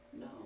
No